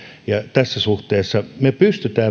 ja tässä suhteessa me myöskin pystymme